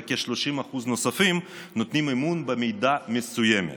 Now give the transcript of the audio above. וכ-30% נוספים נותנים אמון במידה מסוימת.